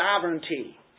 sovereignty